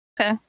Okay